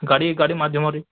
ଗାଡ଼ି ଗାଡ଼ି ମାଧ୍ୟମରେ